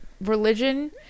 religion